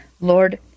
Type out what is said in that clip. Lord